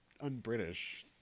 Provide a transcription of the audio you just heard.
un-British